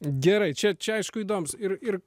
gerai čia čia aišku įdomus ir ir